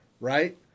right